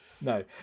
No